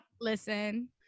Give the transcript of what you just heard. Listen